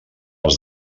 els